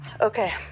Okay